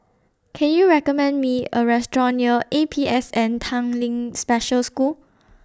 Can YOU recommend Me A Restaurant near A P S N Tanglin Special School